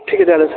ठीक आहे चालेल सर